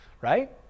right